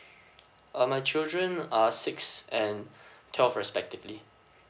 uh my children are six and twelve respectively